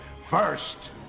First